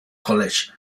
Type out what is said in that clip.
college